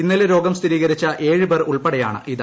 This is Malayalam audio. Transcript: ഇന്നലെ രോഗം സ്ഥിരീകരിച്ച ഏഴ് പേർ ഉൾപ്പെടെയാണിത്